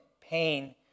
pain